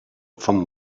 von